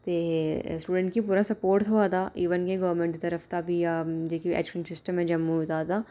ते स्टूडेंट गी पूरा स्पोट थ्होआ दा इवन के गवरनमैंट दी तरफ दा बी एह् हा जेह्का ऐजुकेशन सिस्टम ऐ जम्मू दा तां